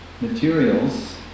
materials